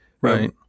right